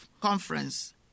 Conference